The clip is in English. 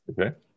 okay